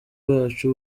bacu